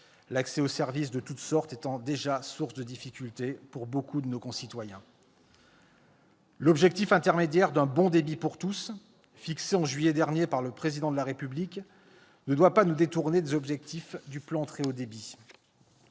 l'accès aux services de toutes sortes étant déjà source de difficultés pour nombre de nos concitoyens. L'objectif intermédiaire d'un « bon débit pour tous », fixé en juillet dernier par le Président de la République, ne doit pas nous détourner des objectifs du plan France très haut débit.